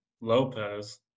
Lopez